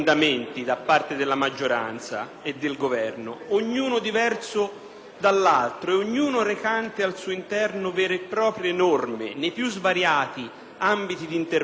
dall'altro e ognuno recante al suo interno vere e proprie norme nei più svariati ambiti di intervento (dalla difesa ai trasporti e alle infrastrutture,